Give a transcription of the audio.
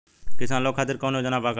किसान लोग खातिर कौनों योजना बा का?